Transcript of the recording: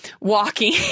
walking